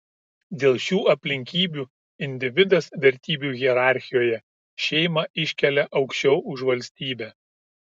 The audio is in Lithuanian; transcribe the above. dėl šių aplinkybių individas vertybių hierarchijoje šeimą iškelia aukščiau už valstybę